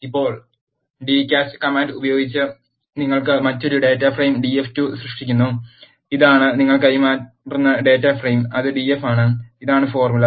ഇപ്പോൾ d cast command ഉപയോഗിച്ച് നിങ്ങൾ മറ്റൊരു ഡാറ്റ ഫ്രെയിം Df2 സൃഷ്ടിക്കുന്നു ഇതാണ് നിങ്ങൾ കൈമാറുന്ന ഡാറ്റ ഫ്രെയിം അത് Df ആണ് ഇതാണ് ഫോർമുല